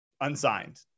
unsigned